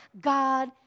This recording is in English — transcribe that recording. God